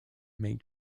make